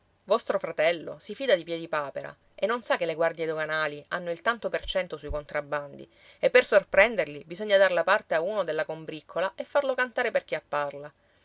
vostro fratello si fida di piedipapera e non sa che le guardie doganali hanno il tanto per cento sui contrabbandi e per sorprenderli bisogna dar la parte a uno della combriccola e farlo cantare per chiapparla